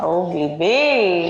הוא ביקש ממך לנמק אותן?